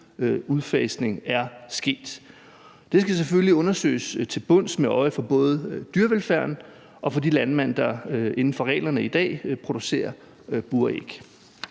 udfasning er sket. Det skal selvfølgelig undersøges til bunds med øje for både dyrevelfærden og for de landmænd, der inden for reglerne i dag producerer buræg.